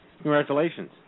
Congratulations